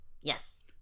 Yes